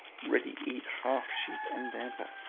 ready eat half sheep and damper.